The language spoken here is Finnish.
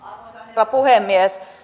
herra puhemies